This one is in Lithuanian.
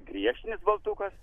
griežtinis baltukas